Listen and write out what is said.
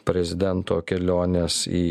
prezidento kelionės į